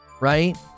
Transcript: Right